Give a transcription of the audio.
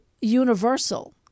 universal